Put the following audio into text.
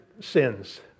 sins